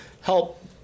help